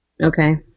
Okay